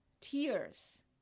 tears